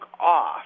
off